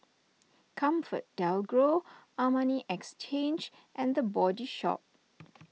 ComfortDelGro Armani Exchange and the Body Shop